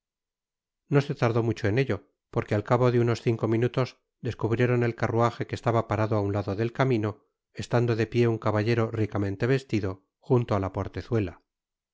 no se tardó mucho en ello porque al cabo de unos cinco minutos descubrieron el carruaje que estaba parado á un lado del camino estando de pié un caballero ricamente vestido junto á la portezuela